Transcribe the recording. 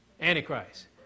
Antichrist